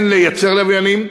הן לייצר לוויינים,